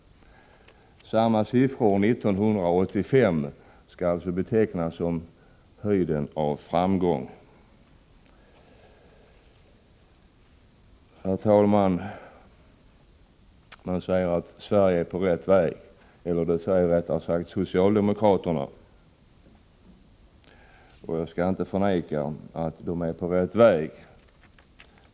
Samma siffror 1985 skall alltså betecknas som höjden av framgång. Man säger att socialdemokraterna är på rätt väg — och jag skall inte förneka att de är på rätt väg.